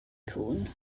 cŵn